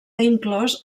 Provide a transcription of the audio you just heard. inclòs